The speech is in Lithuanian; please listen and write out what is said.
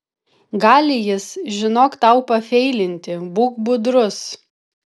gali jis žinok tau pafeilinti būk budrus